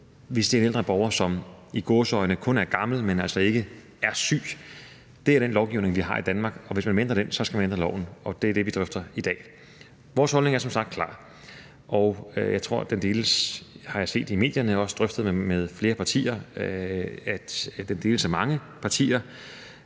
hvis det er en ældre borger, som i gåseøjne kun er gammel, men altså ikke er syg. Det er den lovgivning, vi har i Danmark, og hvis man vil ændre den, skal man ændre loven. Det er det, vi drøfter i dag. Vores holdning er som sagt klar, og jeg tror, at den deles – det har jeg set i medierne, og jeg har også drøftet det med flere partier – af mange partier,